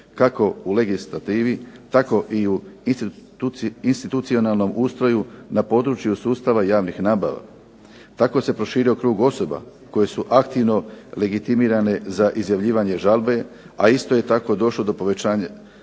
kako u legislativi tako i u institucionalnom ustroju na području sustava javnih nabava. Tako se proširio krug osoba koje su aktivno legitimirane za izjavljivanje žalbe, a isto je tako došlo do povećanja